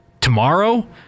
tomorrow